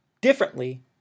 differently